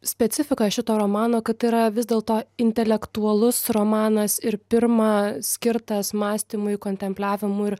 specifiką šito romano kad tai yra vis dėlto intelektualus romanas ir pirma skirtas mąstymui kontempliavimui ir